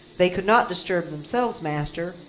they could not disturb themselves, master,